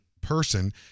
person